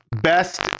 Best